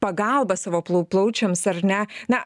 pagalbą savo plaučiams ar ne na